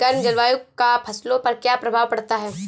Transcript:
गर्म जलवायु का फसलों पर क्या प्रभाव पड़ता है?